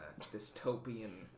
dystopian